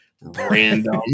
random